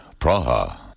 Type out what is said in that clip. Praha